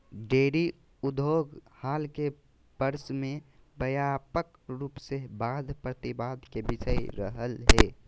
dairy उद्योग हाल के वर्ष में व्यापक रूप से वाद प्रतिवाद के विषय रहलय हें